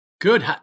Good